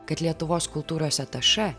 kad lietuvos kultūros atašė